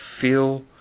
feel